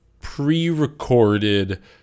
pre-recorded